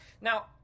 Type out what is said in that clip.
Now